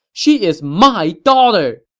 she is my daugher!